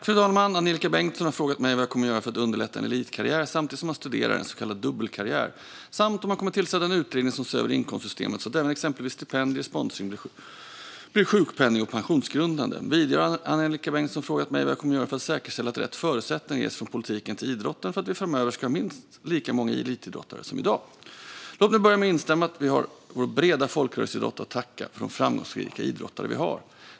Fru talman! Angelika Bengtsson har frågat mig vad jag kommer att göra för att underlätta en elitkarriär samtidigt som man studerar, en så kallad dubbelkarriär, samt om vi kommer att tillsätta en utredning som ser över inkomstsystemet så att även exempelvis stipendier och sponsring blir sjukpenning och pensionsgrundande. Vidare har Angelika Bengtsson frågat mig vad jag kommer att göra för att säkerställa att rätt förutsättningar ges från politiken till idrotten för att vi framöver ska ha minst lika många elitidrottare som i dag. Låt mig börja med att instämma i att vi har vår breda folkrörelseidrott att tacka för de framgångsrika idrottare vi har.